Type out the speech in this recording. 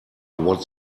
what